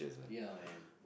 ya man